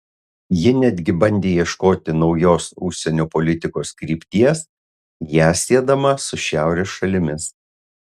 ji netgi bandė ieškoti naujos užsienio politikos krypties ją siedama su šiaurės šalimis